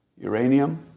Uranium